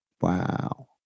wow